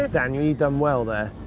daniel. you've done well, there.